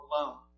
alone